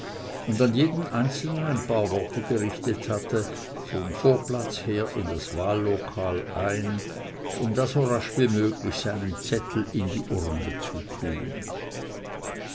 und an jeden einzelnen ein paar worte gerichtet hatte vom vorplatz her in das wahllokal ein um da so rasch wie möglich seinen zettel in die urne zu tun